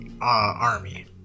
Army